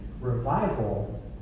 revival